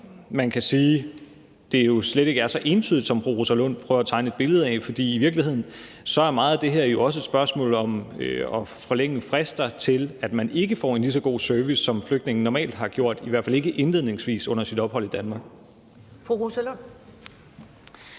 man kan sige, at det slet ikke er så entydigt, som fru Rosa Lund prøver at tegne et billede af, for i virkeligheden er meget af det her jo også et spørgsmål om at forlænge nogle frister, i forhold til at man ikke får en lige så god service, som flygtninge normalt har gjort, i hvert fald ikke indledningsvis, under sit ophold i Danmark.